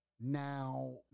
now